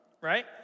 right